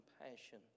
compassion